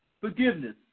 forgiveness